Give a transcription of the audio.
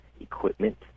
equipment